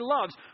loves